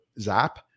zap